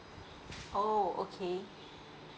oh okay